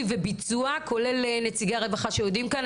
וביצוע כולל נציגי הרווחה שיודעים כאן,